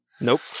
Nope